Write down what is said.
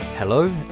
Hello